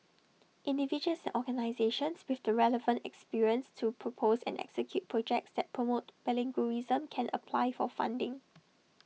individuals organisations with the relevant experience to propose and execute projects that promote bilingualism can apply for funding